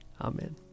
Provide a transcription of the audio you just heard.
Amen